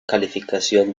calificación